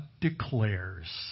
declares